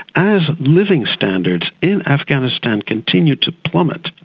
as living standards in afghanistan continue to plummet,